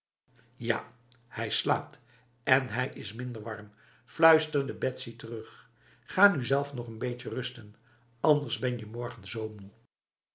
ja hij slaapt en hij is minder warm fluisterde betsy terug ga nu zelf nog n beetje rusten anders ben je morgen zo moe